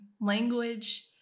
Language